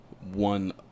one